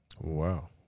Wow